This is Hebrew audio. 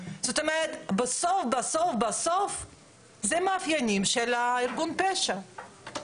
זאת אומרת בסוף בסוף זה מאפיינים של ארגון פשע,